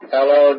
Hello